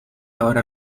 ahora